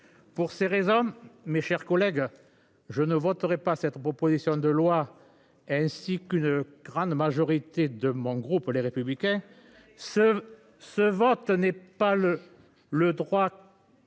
Pour ces réseaux m'mes chers collègues. Je ne voterai pas cette proposition de loi. Ainsi qu'une grande majorité de mon groupe les républicains ce, ce vote n'est pas le le droit.